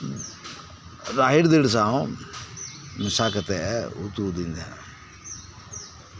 ᱨᱟᱦᱤᱲ ᱫᱟᱹᱞ ᱥᱟᱶ ᱢᱮᱥᱟ ᱠᱟᱛᱮᱜ ᱮ ᱩᱛᱩ ᱟᱫᱤᱧ ᱛᱟᱦᱮᱜ